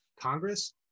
Congress